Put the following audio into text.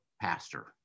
pastor